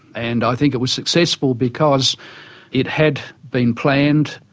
and i think it was successful because it had been planned.